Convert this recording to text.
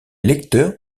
lecteurs